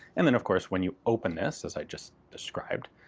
and then, of course, when you open this, as i just described,